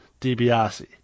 DiBiase